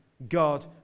God